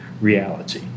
reality